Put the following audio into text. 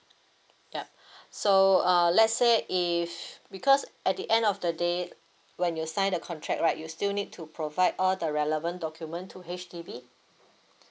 ya so uh let's say if because at the end of the day when you sign the contract right you still need to provide all the relevant document to H_D_B